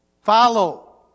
Follow